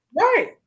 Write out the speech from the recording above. Right